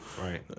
Right